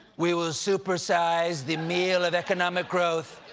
we will super-size the meal of economic growth,